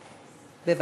בבקשה.